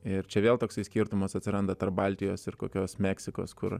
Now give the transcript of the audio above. ir čia vėl toksai skirtumas atsiranda tarp baltijos ir kokios meksikos kur